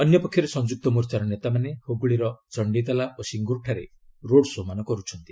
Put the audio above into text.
ଅନ୍ୟପକ୍ଷରେ ସଂଯୁକ୍ତ ମୋର୍ଚ୍ଚାର ନେତାମାନେ ହୁଗୁଳିର ଚଣ୍ଡୀତାଲା ଓ ସିଙ୍ଗୁରଠାରେ ରୋଡ୍ ଶୋ'ମାନ କରୁଛନ୍ତି